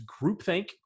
groupthink